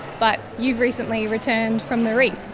but you've recently returned from the reef.